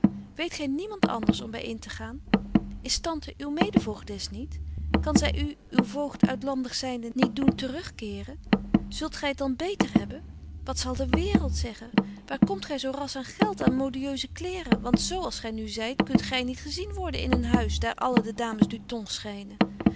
weet gy niemand anders om by in te gaan is tante uwe mede voogdes niet kan zy u uw voogd uitlandig zynde niet doen te rug keeren zult gy het dan beter hebben wat zal de waereld zeggen waar komt gy zo ras aan geld aan modieuse kleêren want z als gy nu zyt kunt gy niet gezien worden in een huis daar alle de dames du ton schynen